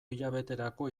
hilabeterako